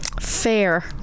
Fair